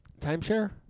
timeshare